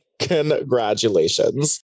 congratulations